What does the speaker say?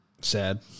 Sad